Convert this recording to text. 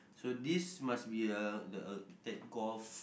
so this must be a the that golf